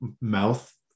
mouth